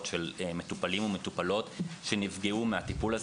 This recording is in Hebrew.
של מטופלים ומטופלות שנפגעו מהטיפול הזה,